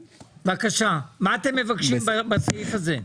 בבקשה, מה אתם מבקשים בסעיף הזה?